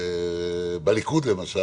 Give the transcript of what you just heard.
לפני שנחזור לנושא,